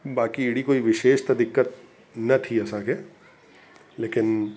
बाक़ी अहिड़ी कोई विशेष त दिक़त न थी असांखे लेकिन